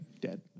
Dead